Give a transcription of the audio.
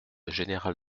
général